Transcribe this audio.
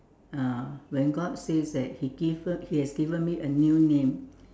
uh when God says that he give us he has given me a new name